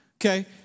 okay